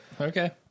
Okay